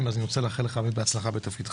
אז אני רוצה לאחל לך הצלחה בתפקידך.